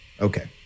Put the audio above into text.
Okay